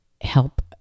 help